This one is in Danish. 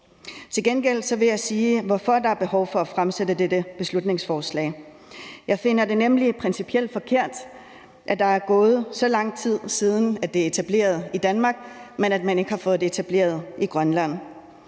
Til gengæld vil jeg tale om, hvorfor der er behov for at fremsætte dette beslutningsforslag. Jeg finder det nemlig principielt forkert, at der er gået så lang tid, siden det blev etableret i Danmark, i forhold til at man så ikke har fået det etableret i Grønland.